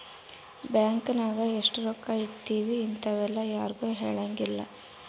bank ನಾಗ ಎಷ್ಟ ರೊಕ್ಕ ಇಟ್ತೀವಿ ಇಂತವೆಲ್ಲ ಯಾರ್ಗು ಹೆಲಂಗಿಲ್ಲ